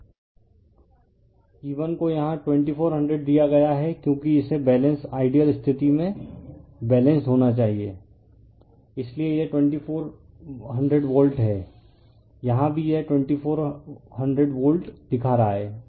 refer slide time 2928 E1 को यहां 2400 दिया गया है क्योंकि इसे बैलेंस आइडियल स्थिति में बैलेंस्ड होना है इसलिए यह 2400 वोल्ट होना चाइये यहां भी यह 2400 वोल्ट दिखा रहा है